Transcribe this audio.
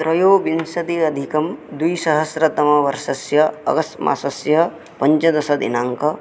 त्रयोविंशति अधिकं द्विसहस्रतमवर्षस्य अगस्ट् मासस्य पञ्चदशदिनाङ्कः